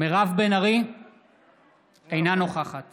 אינה נוכחת